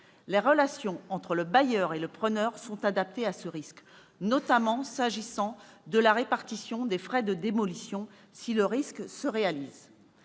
Les relations entre le bailleur et le preneur sont adaptées à ce risque, notamment s'agissant de la répartition des frais de démolition si le risque se réalise.